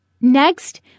Next